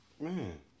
man